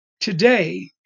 today